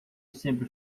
sempre